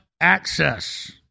access